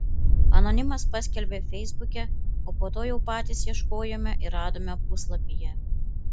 anonimas paskelbė feisbuke o po to jau patys ieškojome ir radome puslapyje